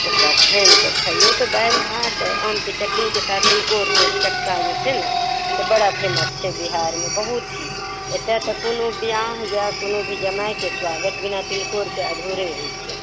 ओकरा छानिकऽ खइयौ तऽ दालि भात आमके चटनीके साथ तिलकोरके चक्का जे छै ने से बड़ा फेमस छै बिहारमे बहुत ही एतऽ तऽ कोनो विवाह या कोनो भी जमायके स्वागत बिना तिलकोरके अधूरे होइ छै